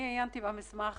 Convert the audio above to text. כשעיינתי במסמך